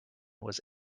was